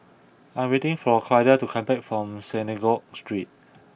I am waiting for Clyda to come back from Synagogue Street